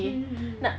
mm